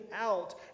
out